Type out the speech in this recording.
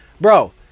Bro